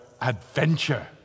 adventure